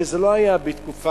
שזה לא היה בתקופת